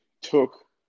took